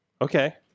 Okay